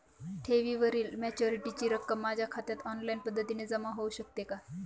ठेवीवरील मॅच्युरिटीची रक्कम माझ्या खात्यात ऑनलाईन पद्धतीने जमा होऊ शकते का?